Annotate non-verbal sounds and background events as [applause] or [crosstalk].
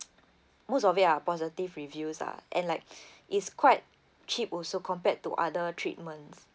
[noise] most of it are positive reviews lah and like [breath] it's quite cheap also compared to other treatments